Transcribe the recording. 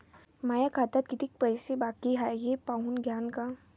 माया खात्यात कितीक पैसे बाकी हाय हे पाहून द्यान का?